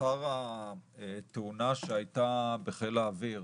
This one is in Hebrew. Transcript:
לאחר התאונה שהייתה בחיל האוויר